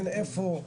אין איפה,